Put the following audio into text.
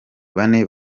bane